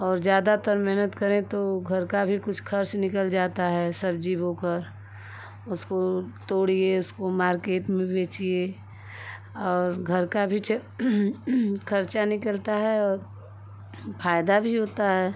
और ज़्यादातर मेहनत करें तो घर का भी कुछ खर्च निकल जाता है सब्जी बोकर उसको तोड़िए उसको मार्केट में बेचिए और घर का भी खर्चा निकलता है औ फायदा भी होता है